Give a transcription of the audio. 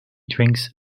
drinks